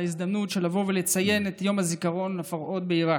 ההזדמנות לבוא ולציין את יום הזיכרון לפרהוד בעיראק.